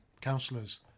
councillors